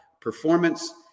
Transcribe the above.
performance